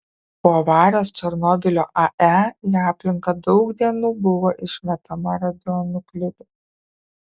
po avarijos černobylio ae į aplinką daug dienų buvo išmetama radionuklidų